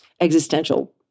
existential